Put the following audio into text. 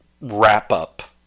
wrap-up